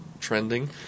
trending